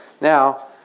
Now